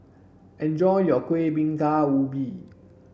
enjoy your kuih bingka ubi